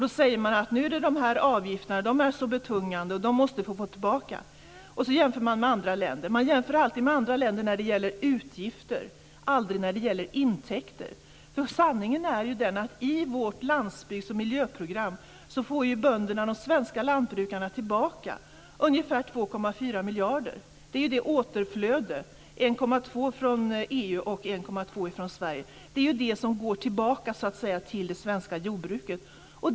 Då säger man att det är andra avgifter som är så betungande och att man måste få tillbaka dem. Och så jämför man med andra länder. Man jämför alltid med andra länder när det gäller utgifter, aldrig när det gäller intäkter. Sanningen är ju den att bönderna, de svenska lantbrukarna, i vårt landsbygds och miljöprogram får tillbaka ungefär 2,4 miljarder. Det är återflödet. Det är 1,2 miljarder från EU och 1,2 miljarder från Sverige. Det är det som så att säga går tillbaka till det svenska jordbruket.